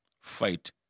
fight